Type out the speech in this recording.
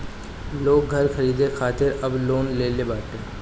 लोग घर खरीदे खातिर अब लोन लेले ताटे